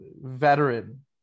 veteran